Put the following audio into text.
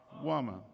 woman